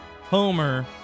homer